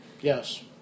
Yes